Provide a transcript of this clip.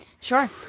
Sure